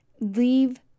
Leave